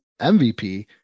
MVP